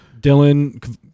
Dylan